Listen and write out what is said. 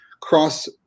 cross